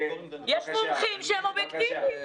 יש מומחים שהם אובייקטיביים.